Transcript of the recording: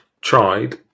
tried